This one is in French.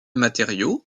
matériau